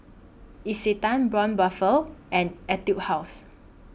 Isetan Braun Buffel and Etude House